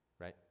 right